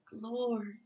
Lord